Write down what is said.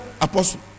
apostle